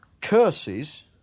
curses